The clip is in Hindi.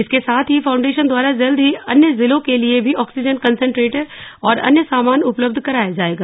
इसके साथ ही फाउंडेशन द्वारा जल्द ही अन्य जिलों के लिए भी ऑक्सीजन कंसेंट्रेटर्स और अन्य सामान उपलब्ध कराया जायेगा